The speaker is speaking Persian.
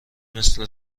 مثل